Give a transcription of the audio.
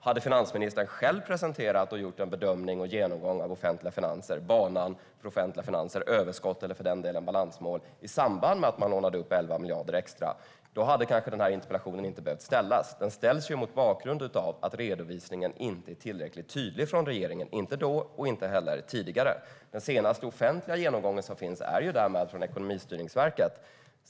Hade finansministern själv gjort och presenterat en bedömning och genomgång av banan för offentliga finanser och överskott - eller för den delen balansmål - i samband med att man lånade 11 miljarder extra hade den här interpellationen kanske inte behövt ställas. Den ställs ju mot bakgrund av att redovisningen inte är tillräckligt tydlig från regeringen. Den är det inte nu och var det inte heller tidigare. Den senaste offentliga genomgången som finns är ju den från Ekonomistyrningsverket.